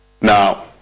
Now